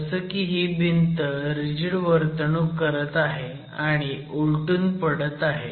जसं की ही भिंत रिजिड वर्तणूक करत आहे आणि उलटून पडत आहे